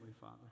father